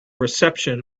reception